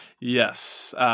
Yes